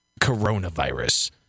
coronavirus